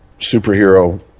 superhero